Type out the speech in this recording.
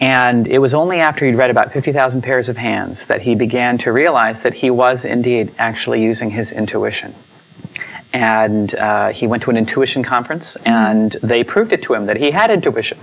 and it was only after he'd read about fifty thousand pairs of hands that he began to realize that he was indeed actually using his intuition and he went to an intuition conference and they i proved it to him that he had